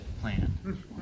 plan